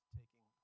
taking